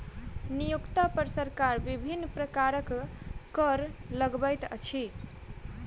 नियोक्ता पर सरकार विभिन्न प्रकारक कर लगबैत अछि